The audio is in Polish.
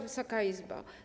Wysoka Izbo!